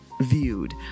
viewed